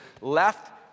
left